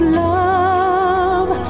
love